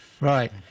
Right